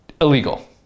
Illegal